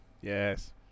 Yes